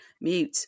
mute